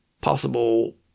possible